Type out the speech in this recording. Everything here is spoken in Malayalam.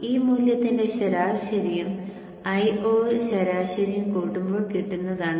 ഈ മൂല്യത്തിന്റെ ശരാശരിയും Io ശരാശരിയും കൂട്ടുമ്പോൾ കിട്ടുന്നതാണ്